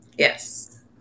Yes